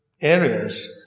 areas